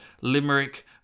limerick